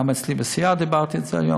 גם אצלי בסיעה דיברתי על זה היום.